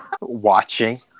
watching